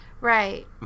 Right